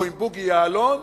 או עם בוגי יעלון,